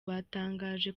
batangaje